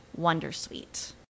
Wondersuite